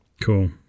Cool